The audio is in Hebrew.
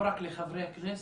לא רק לחברי הכנסת,